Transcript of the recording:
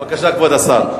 בבקשה, כבוד השר.